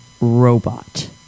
robot